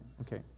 okay